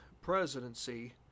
presidency